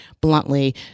bluntly